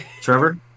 Trevor